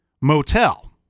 motel